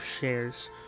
shares